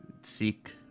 seek